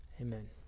amen